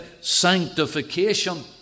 sanctification